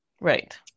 Right